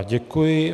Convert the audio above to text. Děkuji.